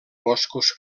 boscos